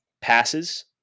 passes